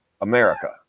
America